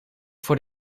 voor